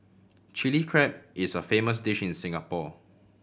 Chilli Crab is a famous dish in Singapore